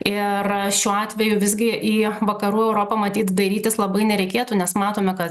ir šiuo atveju visgi į vakarų europą matyt dairytis labai nereikėtų nes matome kad